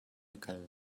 kal